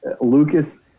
lucas